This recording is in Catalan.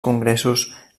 congressos